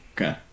Okay